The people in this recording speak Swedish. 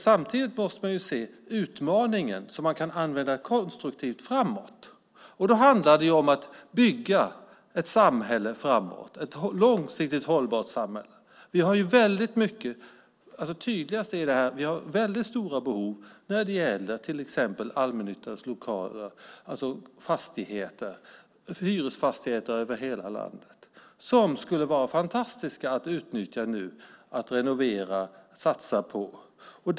Samtidigt måste man se utmaningen som man kan använda konstruktivt framåt. Då handlar det om att bygga ett långsiktigt hållbart samhälle. Vi har väldigt stora behov när det gäller till exempel allmännyttans hyresfastigheter över hela landet. Det skulle vara fantastiskt att nu utnyttja detta genom att renovera dem och satsa på dem.